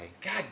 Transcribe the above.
God